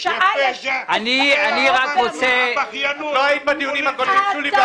חבל שלא היית בדיונים האחרונים.